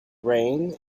reign